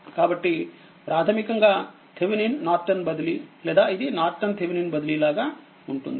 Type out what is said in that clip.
కాబట్టిప్రాథమికంగాథెవెనిన్ Norton బదిలీ లేదా ఇదినార్టన్ థెవెనిన్ బదిలీ లాగా ఉంటుంది